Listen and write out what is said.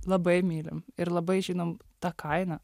labai mylim ir labai žinom tą kainą